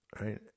right